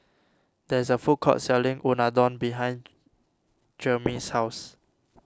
there is a food court selling Unadon behind Jermey's house